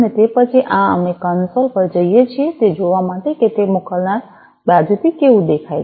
તેથી આ પછી અમે આ કન્સોલ પર જઈએ છીએ તે જોવા માટે કે તે મોકલનાર બાજુથી કેવું દેખાય છે